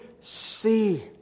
see